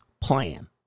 plan